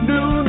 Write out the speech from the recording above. New